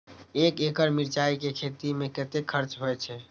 एक एकड़ मिरचाय के खेती में कतेक खर्च होय छै?